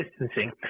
distancing